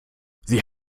sie